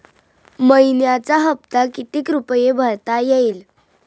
मइन्याचा हप्ता कितीक रुपये भरता येईल?